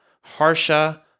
Harsha